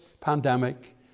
pandemic